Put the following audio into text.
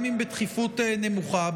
גם אם בתכיפות נמוכה?